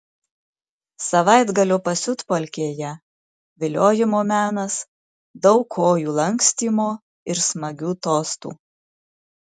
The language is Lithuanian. savaitgalio pasiutpolkėje viliojimo menas daug kojų lankstymo ir smagių tostų